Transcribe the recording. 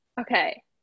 Okay